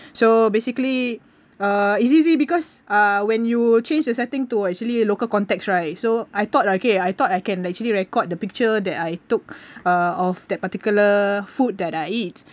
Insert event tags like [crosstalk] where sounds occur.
[breath] so basically uh it's easy because uh when you change the setting to actually local context right so I thought okay I thought I can actually record the picture that I took [breath] uh of that particular food that I eat